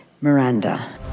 Miranda